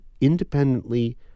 independently